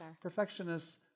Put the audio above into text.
Perfectionists